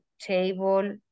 table